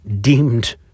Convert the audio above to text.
deemed